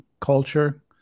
culture